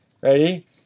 Ready